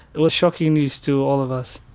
it was shocking news to all of us.